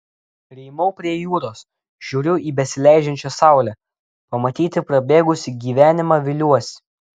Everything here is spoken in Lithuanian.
rymau prie jūros žiūriu į besileidžiančią saulę pamatyti prabėgusį gyvenimą viliuosi